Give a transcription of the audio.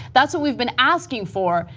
that is what we've been asking for.